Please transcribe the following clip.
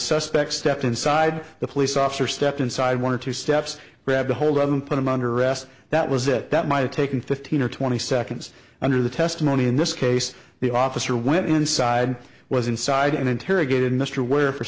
suspect stepped inside the police officer stepped inside one or two steps grabbed a hold of them put them under arrest that was it that might have taken fifteen or twenty seconds under the testimony in this case the officer went inside was inside and interrogated mr ware for